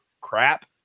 crap